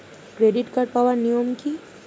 Credit card পাওয়ার নিয়ম কী?